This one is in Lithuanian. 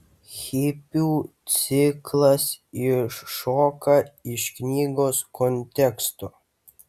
hipių ciklas iššoka iš knygos konteksto